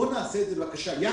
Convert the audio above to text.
בואו נעשה יחד